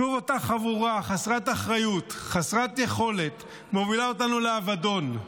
שוב אותה חבורה חסרת אחריות וחסרת יכולת מובילה אותנו לאבדון.